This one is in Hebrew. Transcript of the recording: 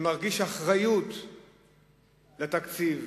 שמרגיש אחריות לתקציב,